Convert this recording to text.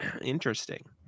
Interesting